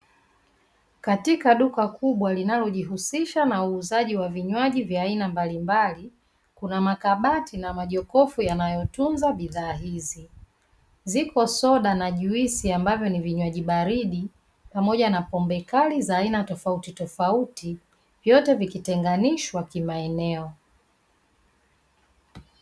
Katika duka kubwa linalojihusisha na uuzaji wa vinywaji vya aina mbalimbali kuna makabati na majokofu yanayotunza bidhaa hizi, zipo soda na juisi ambavyo ni vinywaji baridi pamoja na pombe kali za aina tofautitofauti vyote vikitenganishwa kimaeneo.